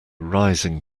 rising